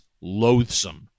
loathsome